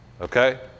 okay